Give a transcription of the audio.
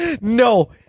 No